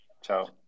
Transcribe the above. Ciao